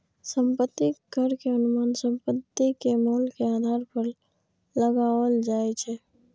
संपत्ति कर के अनुमान संपत्ति के मूल्य के आधार पर लगाओल जाइ छै